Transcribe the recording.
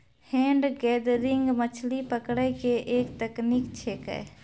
hand gathering मछली पकड़ै के एक तकनीक छेकै